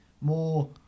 more